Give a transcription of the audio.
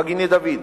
מגיני-דוד,